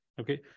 Okay